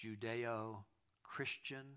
Judeo-Christian